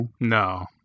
No